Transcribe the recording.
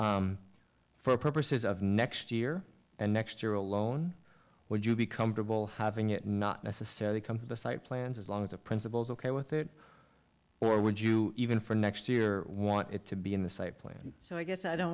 fund for purposes of next year and next year alone would you be comfortable having it not necessarily come to the site plans as long as the principals ok with it or would you even for next year want it to be in the site plan so i guess i don't